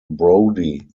brody